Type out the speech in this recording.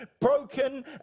broken